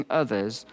others